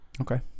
Okay